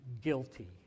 guilty